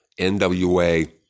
NWA